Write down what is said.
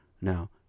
Now